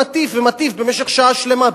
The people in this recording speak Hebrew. ומטיף ומטיף במשך שעה שלמה,